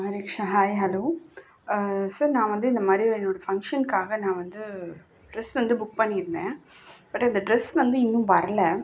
Hare Krishna hi hello sir நான் வந்து இந்தமாதிரி என்னோடய ஃபங்க்ஷனுக்காக நான் வந்து ட்ரெஸ் வந்து புக் பண்ணியிருந்தேன் பட் அந்த ட்ரெஸ் வந்து இன்னும் வர்லை